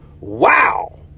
Wow